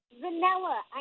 Vanilla